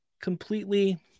completely